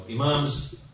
imams